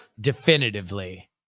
definitively